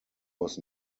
was